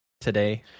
today